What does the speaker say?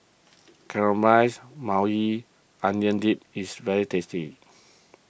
Caramelized Maui Onion Dip is very tasty